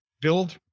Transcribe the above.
build